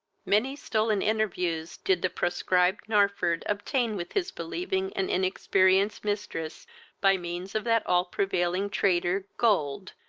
many stolen interviews did the proscribed narford obtain with his believing and inexperienced mistress by means of that all-prevailing traitor, gold,